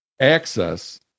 access